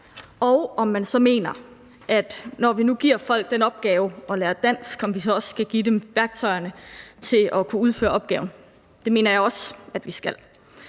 og om man mener, at når vi nu giver folk den opgave at lære dansk, også skal give dem værktøjerne til at kunne udføre opgaven, og det mener jeg også at vi skal.